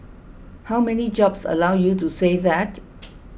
how many jobs allow you to say that